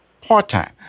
part-time